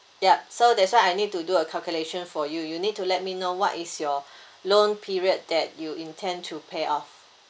yup so that's why I need to do a calculation for you you need to let me know what is your loan period that you intend to pay off